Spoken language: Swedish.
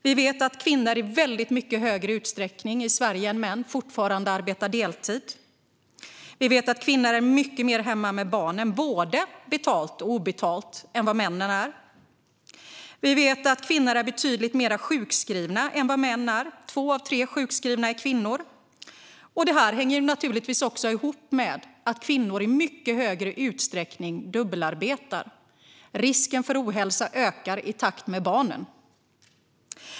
Vi vet att kvinnor fortfarande i mycket större utsträckning än män arbetar deltid i Sverige. Vi vet att kvinnor är mycket mer hemma med barnen, både betalt och obetalt, än vad männen är. Vi vet att kvinnor är betydligt mer sjukskrivna än vad männen är. Två av tre sjukskrivna är kvinnor. Detta hänger naturligtvis ihop med att kvinnor i mycket större utsträckning dubbelarbetar. Risken för ohälsa ökar i takt med barnen.